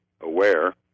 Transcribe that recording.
aware